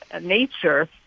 nature